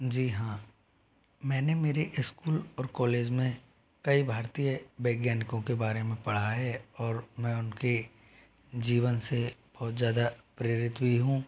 जी हाँ मैंने मेरे इस्कूल और कॉलेज में कई भारतीय वैज्ञानिकों के बारे में पढ़ा और मैं उनके जीवन से बहुत ज़्यादा प्रेरित भी हूँ